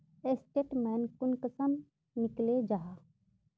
Statement कुंसम निकले जाहा?